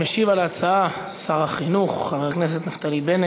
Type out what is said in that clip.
משיב על ההצעה שר החינוך חבר הכנסת נפתלי בנט.